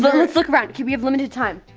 but let's look around, okay, we have limited time.